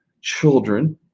children